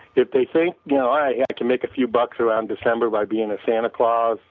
if they think you know i can make a few bugs around december by being a santa claus,